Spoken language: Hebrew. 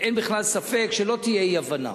אין בכלל ספק, ושלא תהיה אי-הבנה: